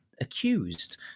Accused